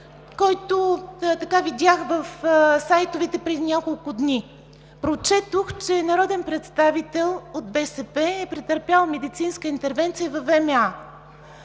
който видях в сайтовете преди няколко дни. Прочетох, че народен представител от БСП е претърпял медицинска интервенция във ВМА.